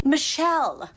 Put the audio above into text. Michelle